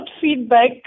feedback